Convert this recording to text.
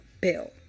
bill